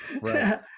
Right